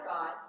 God